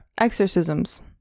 exorcisms